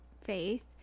faith